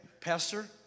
Pastor